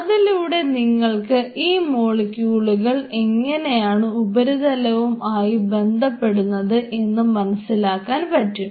അതിലൂടെ നിങ്ങൾക്ക് ഈ മോളിക്യൂളുകൾ എങ്ങനെയാണ് ഉപരിതലവും ആയി ബന്ധപ്പെടുന്നത് എന്ന് മനസ്സിലാക്കാൻ പറ്റും